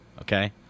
Okay